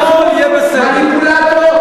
אתה אדם חצוף.